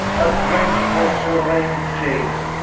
a drench for sur-reyn'd iades,